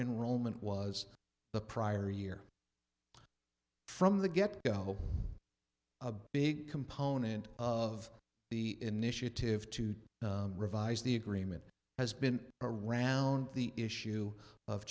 enrollment was the prior year from the get go a big component of the initiative to revise the agreement has been around the issue of